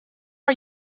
are